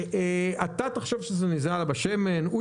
אתה תחשוב שזאת נזילת שמן,